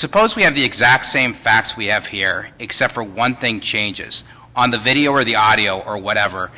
suppose we have the exact same facts we have here except for one thing changes on the video or the audio or whatever